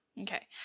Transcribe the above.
Okay